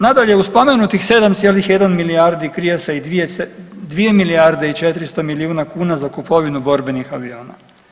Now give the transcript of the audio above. Nadalje, uz spomenutih 7,1 milijardi krije se i 2 milijarde i 400 milijuna kuna za kupovinu borbenih aviona.